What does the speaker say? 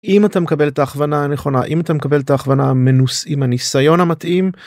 אם אתה מקבל את ההכוונה הנכונה אם אתה מקבל את ההכוונה מנוס... עם הניסיון המתאים.